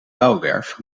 bouwwerf